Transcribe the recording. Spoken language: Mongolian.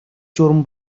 журам